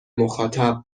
مخاطب